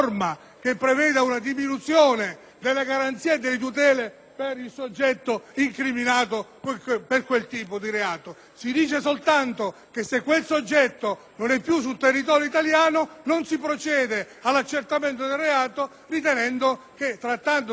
per il soggetto incriminato per quel tipo di reato. Si dice soltanto che se quel soggetto non è più sul territorio italiano non si procede all'accertamento del reato ritenendo che, trattandosi probabilmente di un reato